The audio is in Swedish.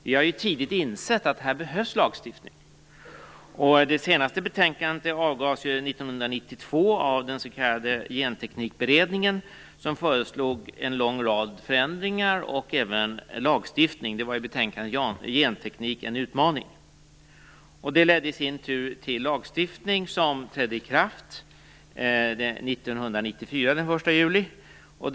Vi har tidigt insett att det behövs lagstiftning på detta område. Det senaste betänkandet avgas 1992 av den s.k. Genteknikberedningen som föreslog en lång rad förändringar och även lagstiftning. Det var betänkandet Genteknik - en utmaning. Den ledde i sin tur till lagstiftning som trädde i kraft den 1 juli 1994.